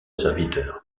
serviteur